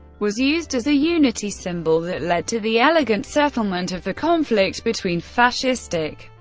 was used as a unity symbol that led to the elegant settlement of the conflict between fascistic,